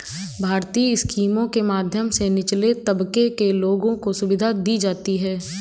भारतीय स्कीमों के माध्यम से निचले तबके के लोगों को सुविधा दी जाती है